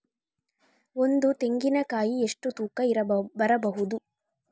ಒಂದು ತೆಂಗಿನ ಕಾಯಿ ಎಷ್ಟು ತೂಕ ಬರಬಹುದು?